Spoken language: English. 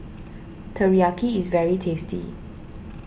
Teriyaki is very tasty